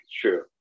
true